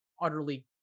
utterly